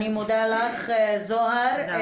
אני מודה לך, זהר.